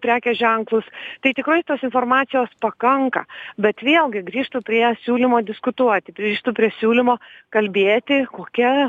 prekės ženklus tai tikrai tos informacijos pakanka bet vėlgi grįžtu prie siūlymo diskutuoti grįžtu prie siūlymo kalbėti kokia